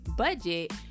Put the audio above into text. budget